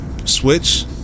Switch